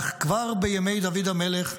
אך כבר בימי דוד המלך,